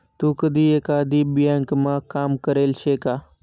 तू कधी एकाधी ब्यांकमा काम करेल शे का?